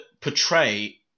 portray